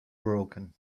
broken